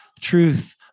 truth